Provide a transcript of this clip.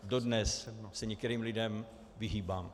Dodnes se některým lidem vyhýbám.